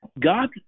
God